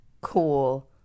cool